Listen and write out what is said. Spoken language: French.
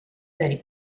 d’aller